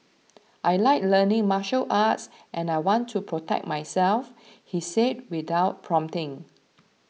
I like learning martial arts and I want to protect myself he said without prompting